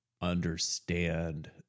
understand